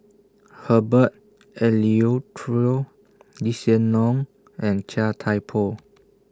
Herbert Eleuterio Lee Hsien Loong and Chia Thye Poh